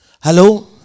Hello